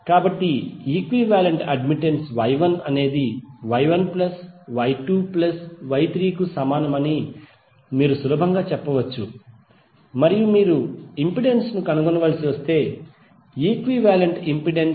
కాబట్టి equivalent admittance Y1 అనేది Y1 plus Y2 plus Y3 కు సమానమని మీరు సులభంగా చెప్పవచ్చు మరియు మీరు ఇంపెడెన్స్ ను కనుగొనవలసి వస్తే ఈక్వివాలెంట్ ఇంపెడెన్స్ Z